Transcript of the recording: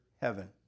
heaven